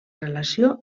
relació